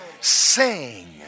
Sing